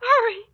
Hurry